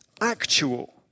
actual